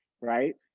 right